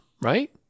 right